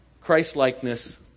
Christ-likeness